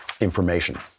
information